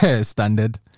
standard